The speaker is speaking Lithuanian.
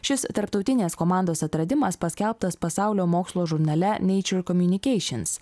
šis tarptautinės komandos atradimas paskelbtas pasaulio mokslo žurnale nature communications